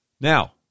Now